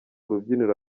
rubyiniro